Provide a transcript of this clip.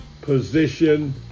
position